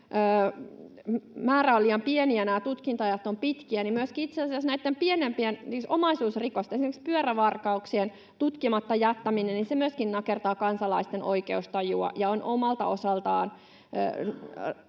määrä on liian pieni ja tutkinta-ajat ovat pitkiä, niin itse asiassa myöskin pienempien omaisuusrikosten, esimerkiksi pyörävarkauksien, tutkimatta jättäminen nakertaa kansalaisten oikeustajua ja on omalta osaltaan